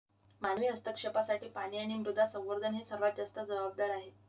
मानवी हस्तक्षेपासाठी पाणी आणि मृदा संवर्धन हे सर्वात जास्त जबाबदार आहेत